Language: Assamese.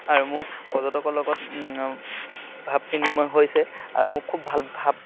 আৰু মোৰ পৰ্যটকৰ লগত ভাৱ বিনিময় হৈছে আৰু মোৰ খুব ভাল ভাৱ